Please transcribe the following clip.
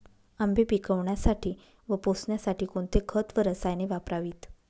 आंबे पिकवण्यासाठी व पोसण्यासाठी कोणते खत व रसायने वापरावीत?